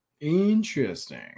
interesting